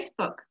Facebook